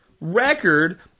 record